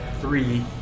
three